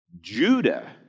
Judah